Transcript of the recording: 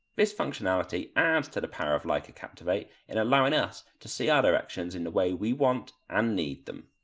this functionality adds to the power of leica captivate in allowing us to see our ah directions in the way we want and need them.